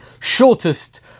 shortest